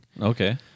Okay